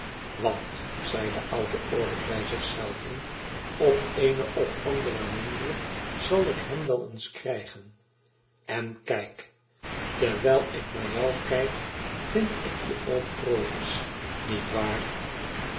want zei oude orlick bij zich zelven op eene of andere manier zal ik hem wel eens krijgen en kijkl terwijl ik naar jou kijk vind ik je oom provis niet waar